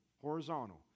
horizontal